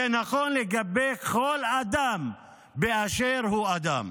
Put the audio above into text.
זה נכון לגבי כל אדם באשר הוא אדם.